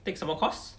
take 什么 course